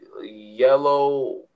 Yellow